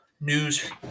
news